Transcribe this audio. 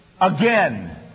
again